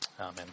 Amen